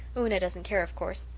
una doesn't care, of course.